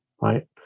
right